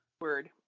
Word